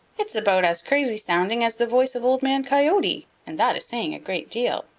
it's about as crazy sounding as the voice of old man coyote, and that is saying a great deal.